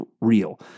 real